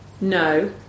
No